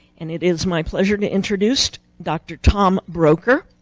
and it is my pleasure to introduce dr. tom brocher.